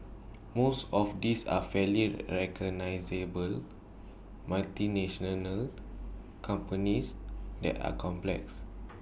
most of these are fairly recognisable companies that are complex